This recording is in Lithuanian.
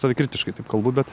savikritiškai taip kalbu bet